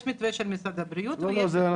יש מתווה של משרד הבריאות ויש מתווה של --- לא,